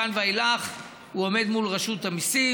מכאן ואילך הוא עומד מול רשות המיסים,